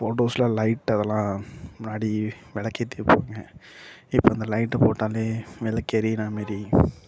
ஃபோட்டோஸில் light அதெல்லாம் முன்னாடி விளக்கேத்தி வைப்பாங்க இப்போ இந்த லைட்டு போட்டாலே விளக்கு எரியிறாமாரி